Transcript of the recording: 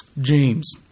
James